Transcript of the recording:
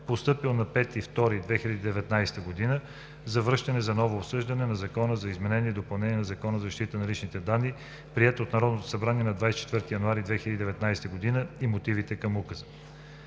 постъпил на 5 февруари 2019 г., за връщане за ново обсъждане на Закон за изменение и допълнение на Закона за защита на личните данни, приет от Народното събрание на 24 януари 2019 г., и мотивите към Указа.